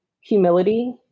humility